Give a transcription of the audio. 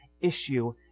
issue